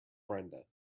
brenda